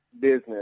business